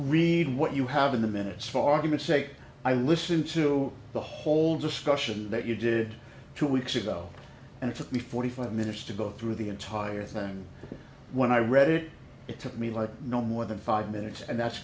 read what you have in the minutes far to mistake i listen to the whole discussion that you did two weeks ago and it took me forty five minutes to go through the entire thing when i read it it took me like no more than five minutes and that's